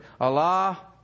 Allah